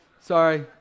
Sorry